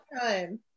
time